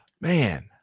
Man